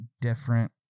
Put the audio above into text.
different